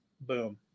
Boom